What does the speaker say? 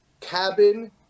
Cabin